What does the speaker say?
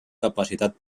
capacitat